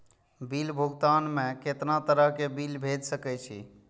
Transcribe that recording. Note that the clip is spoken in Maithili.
बिल भुगतान में कितना तरह के बिल भेज सके छी?